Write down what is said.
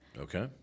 okay